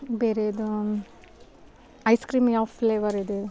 ಬೇರೆದು ice cream ಯಾವ ಫ್ಲೇವರಿದೆ